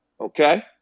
Okay